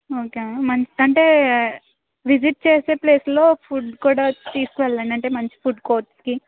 okay ma'am um అంటే visit చేసే ప్లేస్లో ఫుడ్ కూడా తీసుకు వెళ్ళండి అంటే మంచి ఫుడ్ కోర్ట్స్కి